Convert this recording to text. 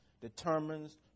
determines